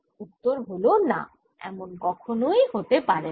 উত্তর হল না এমন কখনই হতে পারেনা